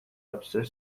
officer